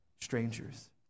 strangers